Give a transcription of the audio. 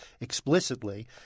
explicitly